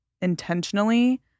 intentionally